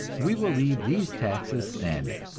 we will leave these taxes standing.